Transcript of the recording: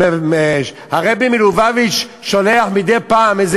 אם הרבי מלובביץ' שולח מדי פעם איזה